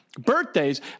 Birthdays